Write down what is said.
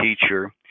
teacher